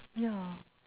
yeah